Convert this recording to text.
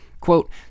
Quote